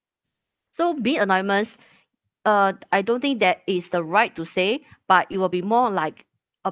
so being anonymous err I don't think that is the right to say but it will be more like a